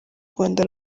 rwanda